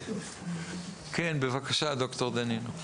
כן, בבקשה, ד"ר דנינו.